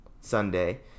Sunday